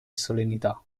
solennità